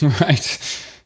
Right